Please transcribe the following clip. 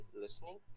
listening